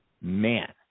man